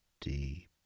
deep